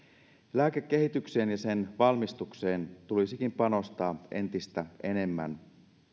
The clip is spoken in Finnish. lääkekehitykseen ja sen valmistukseen tulisikin panostaa entistä enemmän